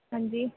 ਹਾਂਜੀ